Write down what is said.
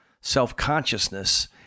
Self-consciousness